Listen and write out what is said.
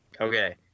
Okay